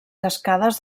cascades